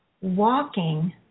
walking